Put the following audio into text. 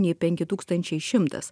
nei penki tūkstančiai šimtas